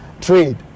trade